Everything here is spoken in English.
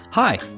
Hi